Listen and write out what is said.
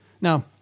Now